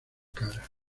cara